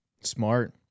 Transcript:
smart